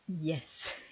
Yes